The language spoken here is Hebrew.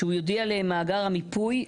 שהוא יודיע למאגר המיפוי,